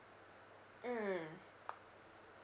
mm